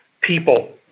people